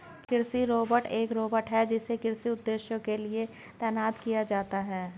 एक कृषि रोबोट एक रोबोट है जिसे कृषि उद्देश्यों के लिए तैनात किया जाता है